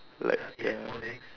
like ya